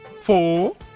four